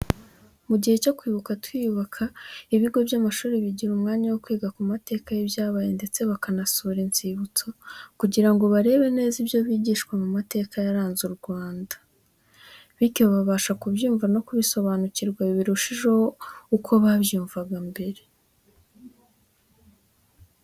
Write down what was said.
Mu gihe cyo kwibuka twiyubaka, ibigo by'amashuri bigira umwanya wo kwiga amateka y'ibyabaye ndetse bakanasura inzibutso, kugira ngo barebe neza ibyo bigishwa mu mateka yaranze u Rwanda. Bityo babasha kubyumva no kubisobanukirwa birushijeho uko babyumvaga mbere.